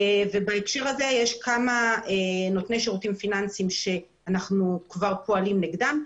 בהקשר הזה יש כמה נותני שירותים פיננסיים שאנחנו כבר פועלים נגדם,